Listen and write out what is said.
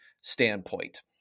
standpoint